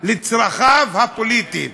לצרכיו הפוליטיים.